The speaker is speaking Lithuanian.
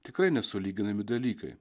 tikrai nesulyginami dalykai